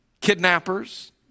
Kidnappers